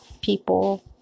people